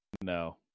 No